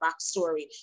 backstory